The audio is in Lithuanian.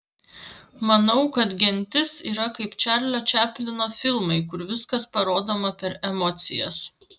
manau kad gentis yra kaip čarlio čaplino filmai kur viskas parodoma per emocijas